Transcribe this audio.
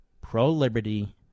pro-liberty